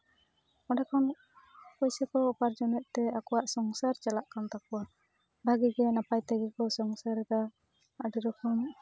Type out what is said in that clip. ᱚᱸᱰᱮ ᱠᱷᱚᱱ ᱯᱚᱭᱥᱟ ᱠᱚ ᱩᱯᱟᱨᱡᱚᱱᱮᱛ ᱛᱮ ᱚᱸᱰᱮ ᱠᱷᱚᱱ ᱥᱚᱝᱥᱟᱨ ᱪᱟᱞᱟᱜ ᱠᱟᱱ ᱛᱟᱠᱚᱣᱟ ᱵᱷᱟᱜᱮ ᱜᱮ ᱱᱟᱯᱟᱭ ᱛᱮᱜᱮ ᱠᱚ ᱥᱚᱝᱥᱟᱨᱮᱫᱟ ᱟᱹᱰᱤ ᱨᱚᱠᱚᱢ